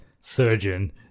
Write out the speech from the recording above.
surgeon